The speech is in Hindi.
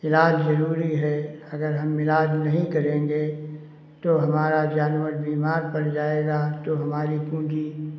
इलाज जरूरी है अगर हम इलाज नहीं करेंगे तो हमारा जानवर बीमार पड़ जाएगा तो हमारी पूंजी